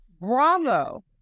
Bravo